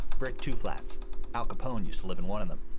brick two flats al capone used to live in one of them.